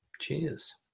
Cheers